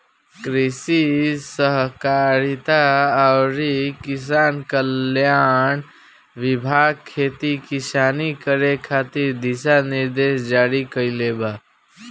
कृषि सहकारिता अउरी किसान कल्याण विभाग खेती किसानी करे खातिर दिशा निर्देश जारी कईले बा